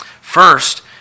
First